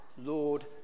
Lord